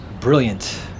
Brilliant